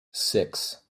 six